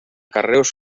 carreus